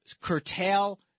curtail